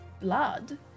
blood